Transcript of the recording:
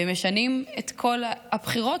ומשנים את כל הבחירות,